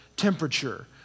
temperature